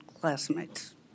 classmates